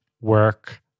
work